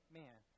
man